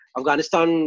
Afghanistan